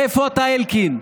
איפה אתה, אלקין?